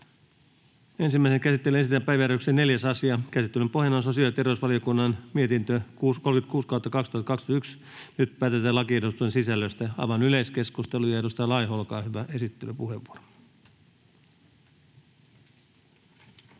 Ensimmäiseen käsittelyyn esitellään päiväjärjestyksen 4. asia. Käsittelyn pohjana on sosiaali- ja terveysvaliokunnan mietintö StVM 36/2021 vp. Nyt päätetään lakiehdotusten sisällöstä. — Avaan yleiskeskustelun. Edustaja Laiho, olkaa hyvä, esittelypuheenvuoro.